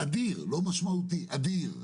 אדיר, לא משמעותי, אדיר.